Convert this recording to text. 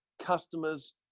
customers